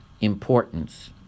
importance